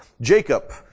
Jacob